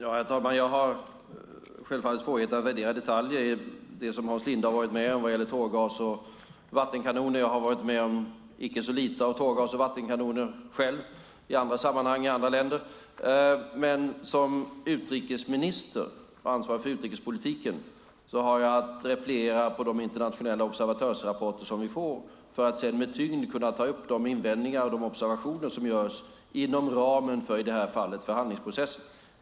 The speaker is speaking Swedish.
Herr talman! Jag har självfallet svårigheter att värdera detaljer i det som Hans Linde har varit med om vad gäller tårgas och vattenkanoner. Jag har själv varit med om icke så lite av tårgas och vattenkanoner i andra sammanhang i andra länder. Men som utrikesminister och ansvarig för utrikespolitiken har jag att repliera på de internationella observatörsrapporter som vi får för att sedan med tyngd kunna ta upp de invändningar och observationer som görs inom ramen för i detta fall förhandlingsprocessen.